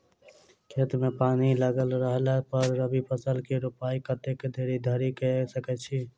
खेत मे पानि लागल रहला पर रबी फसल केँ रोपाइ कतेक देरी धरि कऽ सकै छी?